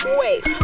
wait